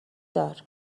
دار